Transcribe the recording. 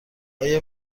آیا